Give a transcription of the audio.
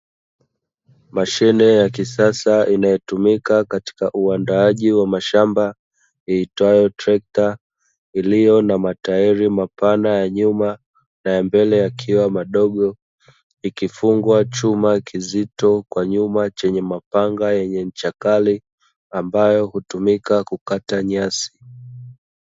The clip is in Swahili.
Mashine ya kisasa inayo tumika katika uandaaji wa shamba, iitwayo trekta iliyo na mataili mapana ya nyuma na ya mbele yakiwa madogo ikifungwa chuma kizito kwa nyuma chenye mapanga yenye ncha kali ambayo hutumika kukata nyasi.